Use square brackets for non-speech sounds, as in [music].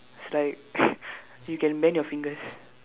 it's like [laughs] you can bend your fingers